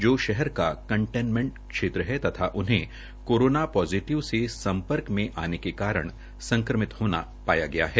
जो शहर का कंटेनमेंट क्षेत्र है तथा उन्हें कोरोना पोजिटिव से सम्पर्क मे आने कारण संक्रमित होना पाया गया है